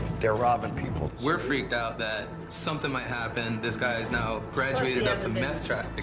they are robbing people. we're freaked out that something might happen. this guy has now graduated up to meth trafficking,